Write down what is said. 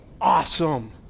awesome